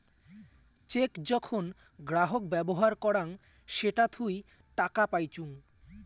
check যখন গ্রাহক ব্যবহার করাং সেটা থুই টাকা পাইচুঙ